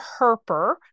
herper